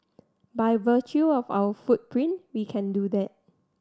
by virtue of our footprint we can do that